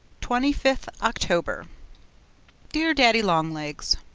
twenty fifth october dear daddy-long-legs,